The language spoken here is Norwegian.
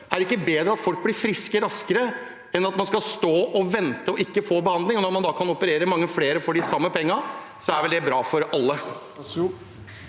er det ikke bedre at folk blir friske raskere enn at man skal stå i kø, vente og ikke få behandling? Når man kan operere mange flere for de samme pengene, er vel det bra for alle?